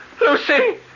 Lucy